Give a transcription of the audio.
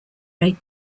rate